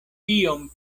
iom